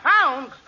pounds